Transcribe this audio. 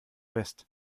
west